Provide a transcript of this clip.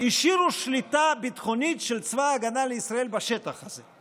השאירו שליטה ביטחונית של צבא ההגנה לישראל בשטח הזה.